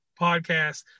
podcast